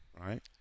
right